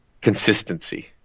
consistency